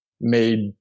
made